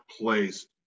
place